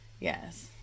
Yes